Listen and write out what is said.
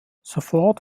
sofort